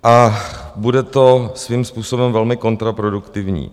A bude to svým způsobem velmi kontraproduktivní.